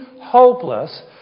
hopeless